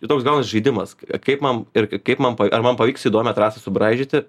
ir toks gaunasi žaidimas kaip man ir kaip mansubraižyti ar man pavyks įdomią trasą subraižyti